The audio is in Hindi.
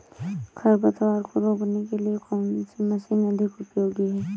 खरपतवार को रोकने के लिए कौन सी मशीन अधिक उपयोगी है?